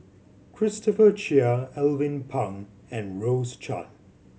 Christopher Chia Alvin Pang and Rose Chan